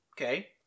okay